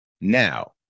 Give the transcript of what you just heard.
Now